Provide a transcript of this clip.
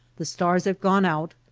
the stars have gone out,